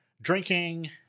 drinking